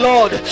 Lord